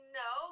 no